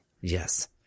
Yes